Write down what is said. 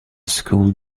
school